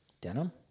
Denim